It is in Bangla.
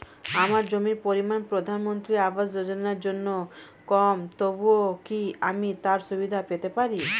আমার জমির পরিমাণ প্রধানমন্ত্রী আবাস যোজনার জন্য কম তবুও কি আমি তার সুবিধা পেতে পারি?